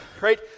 right